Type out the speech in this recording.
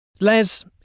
Les